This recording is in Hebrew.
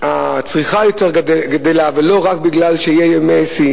הצריכה גדלה ולא רק משום שיש ימי שיא.